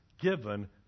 given